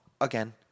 again